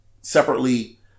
separately